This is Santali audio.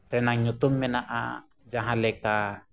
ᱨᱮᱱᱟᱜ ᱧᱩᱛᱩᱢ ᱢᱮᱱᱟᱜᱼᱟ ᱡᱟᱦᱟᱸᱞᱮᱠᱟ